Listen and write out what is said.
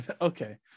okay